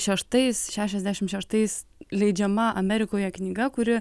šeštais šešiasdešimt šeštais leidžiama amerikoje knyga kuri